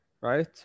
right